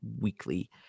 weekly